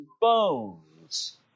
bones